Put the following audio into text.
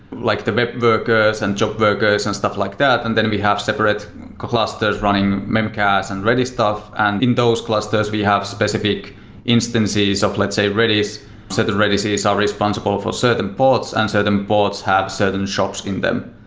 like the web workers and job workers and stuff like that, and then we have separate clusters running memchached and redis stuff and in those clusters we have specific instances of, let's say, redis, so that redis is ah responsible for certain pods, and so certain pods have certain shops in them.